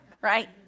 right